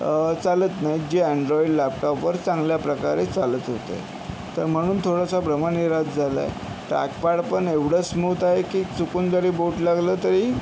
चालत नाहीत जे अँन्ड्रॉईड लॅपटॉपवर चांगल्याप्रकारे चालत होते तर म्हणून थोडंसं भ्रमनिरास झालाय ट्रॅकपॅड पण एवढं स्मूथ आहे की चुकून जरी बोट लागलं तरी